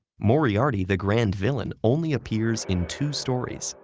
moriarty, the grand villain, only appears in two stories,